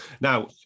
Now